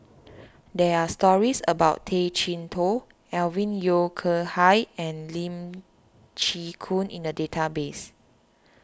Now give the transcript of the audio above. there are stories about Tay Chee Toh Alvin Yeo Khirn Hai and Lee Chin Koon in the database